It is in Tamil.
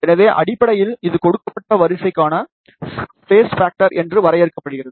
எனவே அடிப்படையில் இது கொடுக்கப்பட்ட வரிசைக்கான ஸ்பேஷ் ஃபேக்டர் என வரையறுக்கிறது